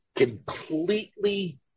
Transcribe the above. completely